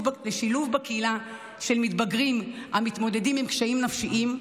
קהילה בקהילה של מתבגרים המתמודדים עם קשיים נפשיים,